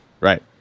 right